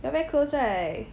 y'all very close right